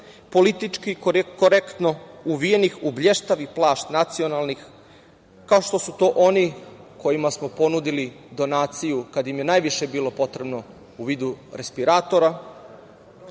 politički korektno uvijenih u bleštavi plašt nacionalnih, kao što su to oni kojima smo ponudili donaciju kad im je najviše bilo potrebno u vidu respiratora,